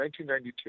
1992